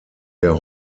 der